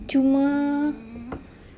mm